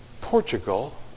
Portugal